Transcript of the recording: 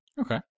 okay